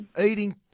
eating